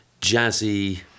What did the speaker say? jazzy